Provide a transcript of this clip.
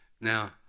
Now